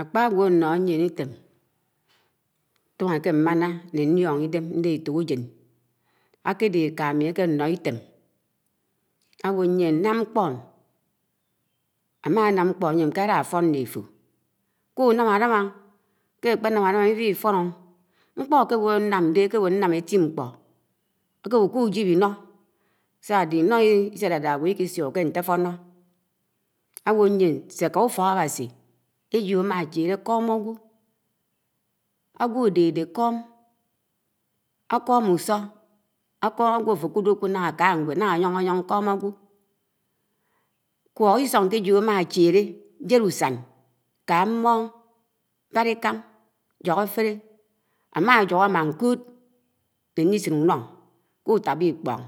Ákpu ágwo̱ áno̱h Ḿten Ítem ńto̱ho̱ éke ḿana ńe nlío̱no̱ ídem ñde éto̱kejen àkede ékami, ákeno Item áwo̱ ńyien ñam ñkpo̱m, ámanam ñkpo, áyem k̄e ña fo̱n ñne áfo̱, kùnam àlam, ké ákpe, ñam álam íwi Ifo̱n ñkpo̱, ákewo̱ ñnam dé, ákewo̱ ñnam ḿme, éti ñkpo̱, akewo̱ kùjip íno, sa ádehe̱ íno̱ Isélade̱ ágwo̱ Iḱisuk kè ñteto̱no̱ áwo̱ ȳien sē ká ūfọk Áwási, éjo̱ ámacbèlè k̄o̱m ágwo̱ áfo̱ ákude k̃ud ñah áka ñwed, ña áyo̱no̱ yo̱n k̄o̱m ágwo̱ k̄wo̱k Iso̱ng kè éjo̱ ámacbèlé, jed úsaṉ k̄á m̄mo̱n, m̄bala Ikān, jùk àtelē, āma jūk áma ñko̱d lé ñliśin úno, k̄utába Iḱpo̱n,